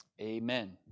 Amen